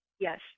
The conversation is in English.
Yes